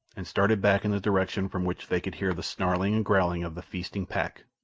and started back in the direction from which they could hear the snarling and growling of the feasting pack.